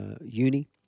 uni